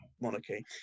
monarchy